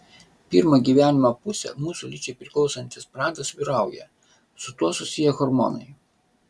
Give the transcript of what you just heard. pirmą gyvenimo pusę mūsų lyčiai priklausantis pradas vyrauja su tuo susiję hormonai